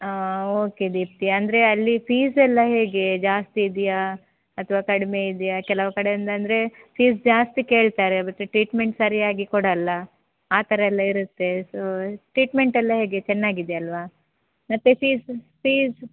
ಹಾಂ ಓಕೆ ದೀಪ್ತಿ ಅಂದರೆ ಅಲ್ಲಿ ಫೀಸೆಲ್ಲ ಹೇಗೆ ಜಾಸ್ತಿ ಇದೆಯಾ ಅಥವಾ ಕಡಿಮೆ ಇದೆಯಾ ಕೆಲವು ಕಡೆಯಿಂದ ಅಂದರೆ ಫೀಸ್ ಜಾಸ್ತಿ ಕೇಳ್ತಾರೆ ಮತ್ತು ಟ್ರೀಟ್ಮೆಂಟ್ ಸರಿಯಾಗಿ ಕೊಡೋಲ್ಲ ಆ ಥರ ಎಲ್ಲ ಇರುತ್ತೆ ಸೋ ಟ್ರೀಟ್ಮೆಂಟ್ ಎಲ್ಲ ಹೇಗೆ ಚೆನ್ನಾಗಿದೆ ಅಲ್ಲವಾ ಮತ್ತು ಫೀಸ್ ಫೀಸ್